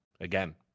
Again